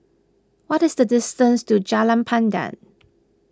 what is the distance to Jalan Pandan